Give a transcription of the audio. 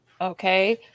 okay